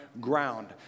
ground